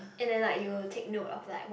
and then like you'll take note of like what